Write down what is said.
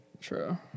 True